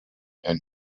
and